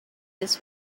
this